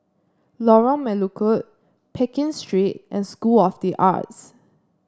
Lorong Melukut Pekin Street and School of the Arts